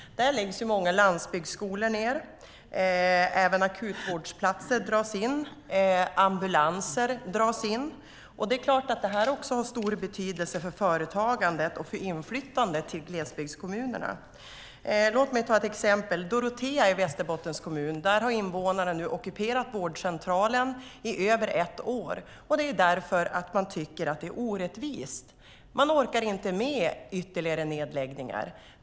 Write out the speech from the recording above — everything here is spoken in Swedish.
Där läggs många landsbygdsskolor ned. Även akutvårdsplatser dras in, liksom ambulanser. Det är klart att det också har stor betydelse för företagandet och för inflyttningen till glesbygdskommunerna. I Dorotea i Västerbottens kommun har invånarna nu ockuperat vårdcentralen i över ett år, därför att man tycker att det är orättvist och man orkar inte med ytterligare nedläggningar.